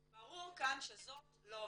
וברור כאן שזאת לא עובדת.